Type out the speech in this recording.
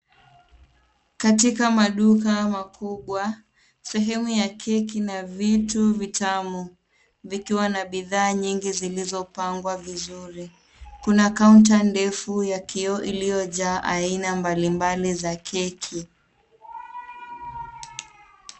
Katika maduka makubwa, sehemu ya keki na vitu vitamu vikiwa na bidhaa nyingi zilizopangwa vizuri. Kuna kaunta ndefu ya kioo iliyojaa aina mbalimbali za keki.